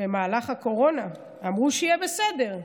במהלך הקורונה אמרו שיהיה בסדר,